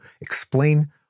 explain